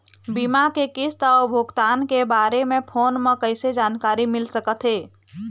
बीमा के किस्त अऊ भुगतान के बारे मे फोन म कइसे जानकारी मिल सकत हे?